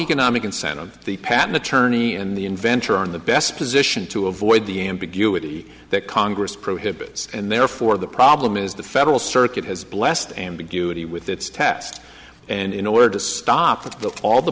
economic incentive the patent attorney and the inventor in the best position to avoid the ambiguity that congress prohibits and therefore the problem is the federal circuit has blessed ambiguity with its test and in order to stop it the